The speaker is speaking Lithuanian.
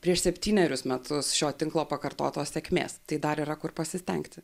prieš septynerius metus šio tinklo pakartotos sėkmės tai dar yra kur pasistengti